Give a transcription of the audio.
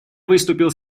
выступит